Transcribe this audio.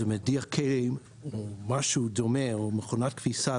לדוגמה מדיח כלים או מכונת כביסה